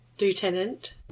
Lieutenant